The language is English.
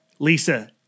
Lisa